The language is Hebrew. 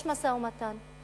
יש משא-ומתן.